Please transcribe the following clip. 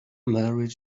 married